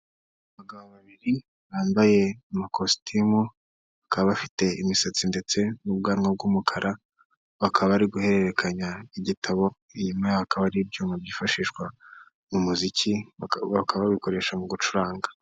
Abagabo babiri bambaye amakositimu bakaba bafite imisatsi ndetse n'ubwanwa bw'umukara bakaba bari guhererekanya igitabo. Inyuma hakaba ari ibyuma byifashishwa mu muziki bakaba babikoresha mu gucuranga.